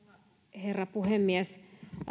herra puhemies